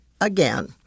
again